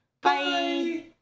Bye